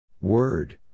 Word